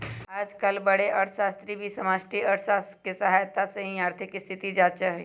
आजकल बडे अर्थशास्त्री भी समष्टि अर्थशास्त्र के सहायता से ही आर्थिक स्थिति जांचा हई